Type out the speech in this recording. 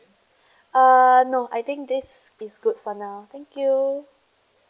uh no I think this is good for now thank you